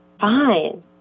Fine